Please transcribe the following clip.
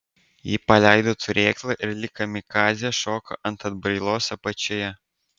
ji paleido turėklą ir lyg kamikadzė šoko ant atbrailos apačioje